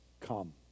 come